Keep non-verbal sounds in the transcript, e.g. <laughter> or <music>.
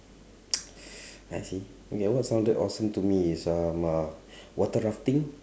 <noise> <breath> I see okay what sounded awesome to me is um uh water rafting